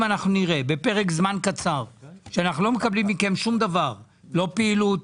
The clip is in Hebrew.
אם אנחנו נראה בפרק זמן קצר שאנחנו לא מקבלים מכם שום דבר: לא פעילות,